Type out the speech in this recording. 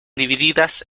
divididas